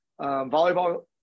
volleyball